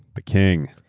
the king.